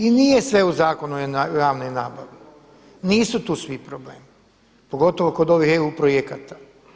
I nije sve u Zakonu o javnoj nabavi, nisu tu svi problemi pogotovo kod ovih EU projekata.